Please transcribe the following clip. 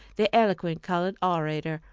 the eloquent colored orator,